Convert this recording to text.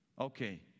Okay